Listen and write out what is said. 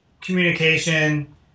communication